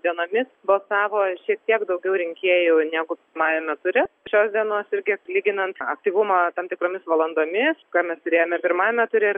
dienomis balsavo šiek tiek daugiau rinkėjų negu pirmajame ture šios dienos ir kiek lyginant aktyvumą tam tikromis valandomis ką mes turėjome pirmajame ture